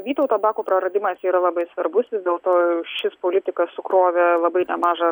vytauto bako praradimas yra labai svarbus vis dėlto šis politikas sukrovė labai nemažą